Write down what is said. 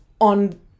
on